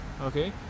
Okay